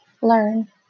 Learn